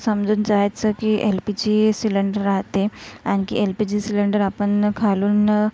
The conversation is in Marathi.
समजून जायचं की एल पी जी सिलेंडर राहते आणखी एल पी जी सिलेंडर आपण खालून